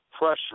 pressure